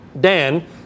Dan